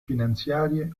finanziarie